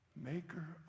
maker